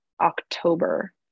October